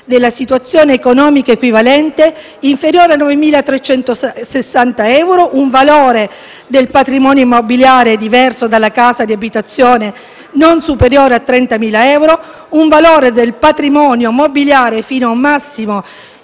della situazione economica equivalente (ISEE) inferiore a 9.360 euro; un valore del patrimonio immobiliare, diverso dalla casa di abitazione, non superiore a 30.000 euro; un valore del patrimonio mobiliare fino ad un massimo